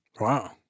Wow